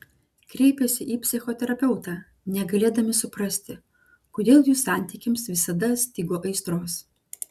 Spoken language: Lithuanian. kreipėsi į psichoterapeutą negalėdami suprasti kodėl jų santykiams visada stigo aistros